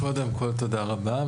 קודם כל, תודה רבה.